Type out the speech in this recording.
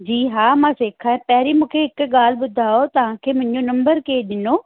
जी हा मां सिखा पहिरीं मूंखे हिकु ॻाल्हि ॿुधायो तव्हांखे मुंहिंजो नंबर केरु ॾिनो